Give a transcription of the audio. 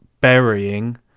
burying